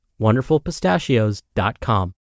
WonderfulPistachios.com